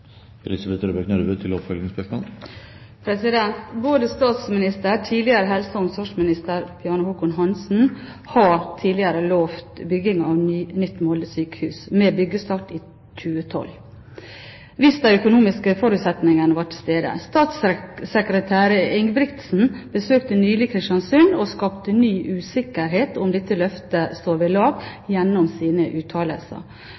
Både statsministeren og tidligere helse- og omsorgsminister Bjarne Håkon Hanssen har tidligere lovt bygging av nytt Molde sykehus, med byggestart i 2012 hvis de økonomiske forutsetninger var til stede. Statssekretær Ingebrigtsen besøkte nylig Kristiansund og skapte gjennom sine uttalelser ny usikkerhet om dette løftet står ved